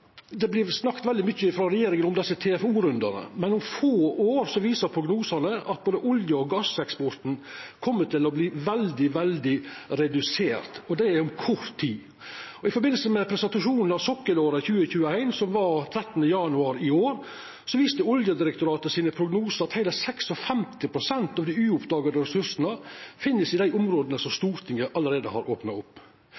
om få år kjem til å verta veldig redusert – det er altså om kort tid. I samband med presentasjonen av Sokkelåret 2021, som var den 13. januar i år, viste prognosane frå Oljedirektoratet at heile 56 pst. av dei ikkje-oppdaga ressursane finst i dei områda som